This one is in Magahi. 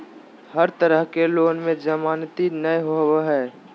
हर तरह के लोन में जमानती नय होबो हइ